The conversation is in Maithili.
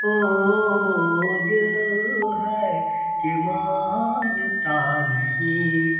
हो ओ ओ ओ दिल है कि मानता नहीं